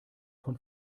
von